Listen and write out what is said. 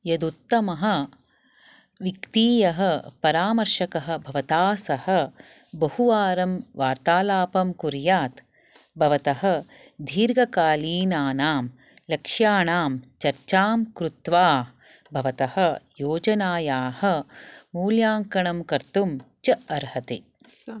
यदुत्तमः वित्तीयः परामर्शकः भवता सह बहुवारं वार्तालापं कुर्यात् भवतः दीर्घकालीनानां लक्ष्याणां चर्चां कृत्वा भवतः योजनायाः मूल्याङ्कणं कर्तुं च अर्हते